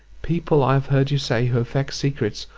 people i have heard you say, who affect secrets,